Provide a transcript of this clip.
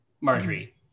Marjorie